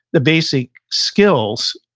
the basic skills,